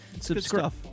Subscribe